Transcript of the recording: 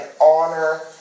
honor